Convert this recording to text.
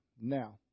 Now